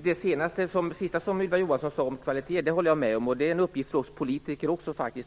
Fru talman! Fru statsråd! Jag håller med i fråga om det sista Ylva Johansson sade om kvaliteten.